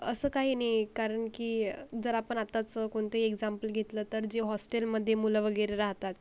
असं काही नाही कारण की जर आपण आताचं कोणतंही एक्झाम्पल घेतलं तर जे हॉस्टेलमध्ये मुलं वगैरे राहतात